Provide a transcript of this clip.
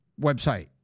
website